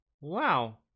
Wow